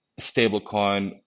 stablecoin